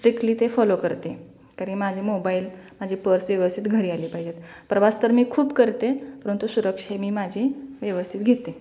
strictly ते follow करते तरी माझे मोबाईल माझी पर्स व्यवस्थित घरी आले पाहिजेत प्रवास तर मी खूप करते परंतु सुरक्षाही मी माझी व्यवस्थित घेते